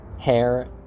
hair